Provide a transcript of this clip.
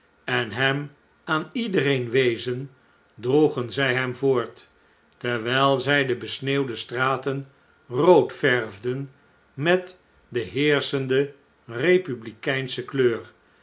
en hem aan iedereen wezen droegen zij hem voort terwn'l zij de besneeuwde straten rood verfden met de heerschende republikeinsche kleur